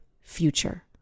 future